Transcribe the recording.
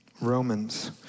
Romans